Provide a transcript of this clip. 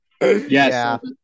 Yes